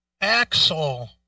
Axel